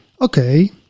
Okay